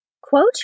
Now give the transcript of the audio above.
Quote